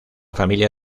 familia